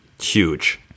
huge